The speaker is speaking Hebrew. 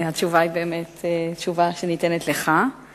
המסחר והתעסוקה ביום כ"ג בתמוז התשס"ט (15 ביולי 2009):